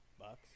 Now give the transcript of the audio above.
Bucks